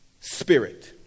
spirit